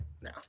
No